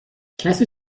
کسی